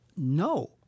No